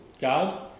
God